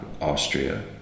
Austria